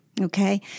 Okay